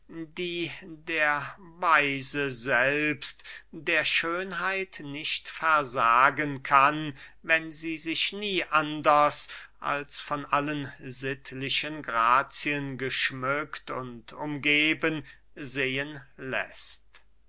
die der weise selbst der schönheit nicht versagen kann wenn sie sich nie anders als von allen sittlichen grazien geschmückt und umgeben sehen läßt